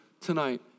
tonight